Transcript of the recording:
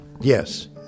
Yes